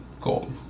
gold